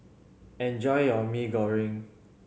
enjoy your Maggi Goreng